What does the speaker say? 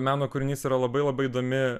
meno kūrinys yra labai labai įdomi